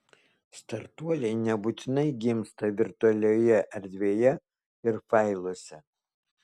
startuoliai nebūtinai gimsta virtualioje erdvėje ir failuose